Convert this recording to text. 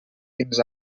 fins